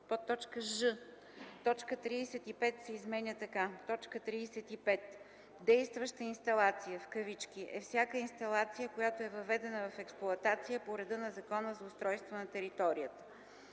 ж) точка 35 се изменя така: „35. „Действаща инсталация” е всяка инсталация, която е въведена в експлоатация по реда на Закона за устройство на територията.”;